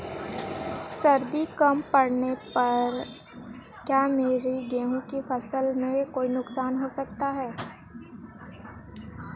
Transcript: सर्दी कम पड़ने से क्या मेरे गेहूँ की फसल में कोई नुकसान हो सकता है?